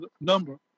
number